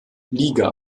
liga